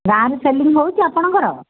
ଗାଁରେ ସେଲିଙ୍ଗ ହେଉଛି ଆପଣଙ୍କର